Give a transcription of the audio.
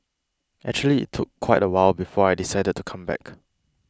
actually it took quite a while before I decided to come back